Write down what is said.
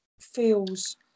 feels